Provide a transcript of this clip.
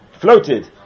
floated